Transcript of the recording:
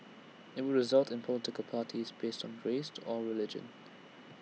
IT would result in political parties based on race or religion